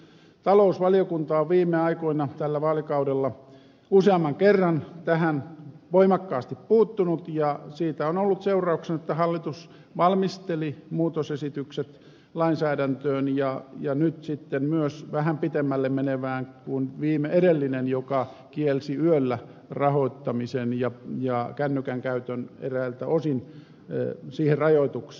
talousvaliokunta on viime aikoina tällä vaalikaudella useamman kerran tähän voimakkaasti puuttunut ja siitä on ollut seurauksena että hallitus valmisteli muutosesitykset lainsäädäntöön ja nyt sitten myös vähän pitemmälle menevään kuin edellinen joka kielsi yöllä rahoittamisen ja kännykän käytön eräiltä osin teki siihen rajoituksia